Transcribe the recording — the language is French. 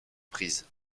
prises